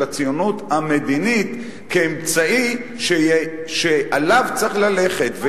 הציונות המדינית כאמצעי שעליו צריך ללכת.